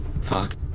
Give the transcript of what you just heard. Fuck